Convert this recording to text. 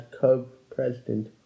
co-president